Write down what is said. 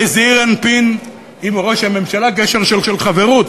בזעיר אנפין, עם ראש הממשלה, קשר של חברוּת.